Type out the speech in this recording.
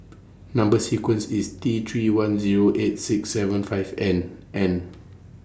Number sequence IS T three one Zero eight six seven five N and